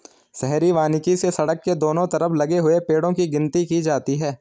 शहरी वानिकी से सड़क के दोनों तरफ लगे हुए पेड़ो की गिनती की जाती है